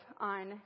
on